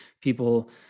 people